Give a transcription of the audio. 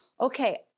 okay